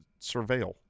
surveil